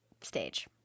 stage